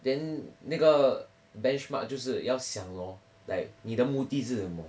then 那个 benchmark 就是要想 lor like 你的目的是什么